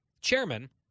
chairman